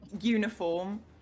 uniform